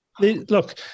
look